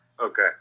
Okay